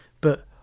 But